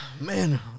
Man